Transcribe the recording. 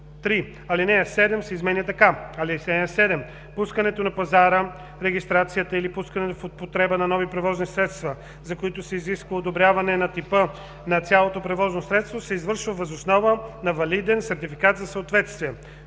3. Алинея 7 се изменя така: „(7) Пускането на пазара, регистрацията или пускането в употреба на нови превозни средства, за които се изисква одобряване на типа на цялото превозно средство, се извършва въз основа на валиден сертификат за съответствие.“